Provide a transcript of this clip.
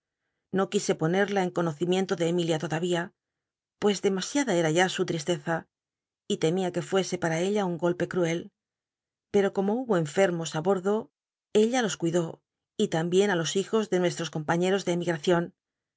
no quise ponerla en conocimiento de emilia todavía pues demasiada era ya su tl'istcza y temia que fuese para ella un golpe cruel pero como hubo enfermos á bordo ella los cuidó y tambicn á los hijos de nuestros compaiicros de